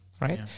Right